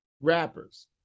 rappers